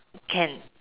can